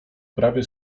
prawie